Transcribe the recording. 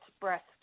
breast